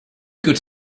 could